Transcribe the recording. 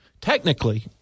technically